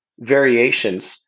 variations